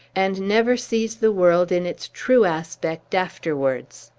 and never sees the world in its true aspect afterwards.